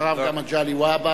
אחריו גם מגלי והבה.